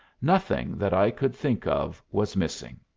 nothing that i could think of was missing.